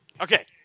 Okay